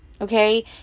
okay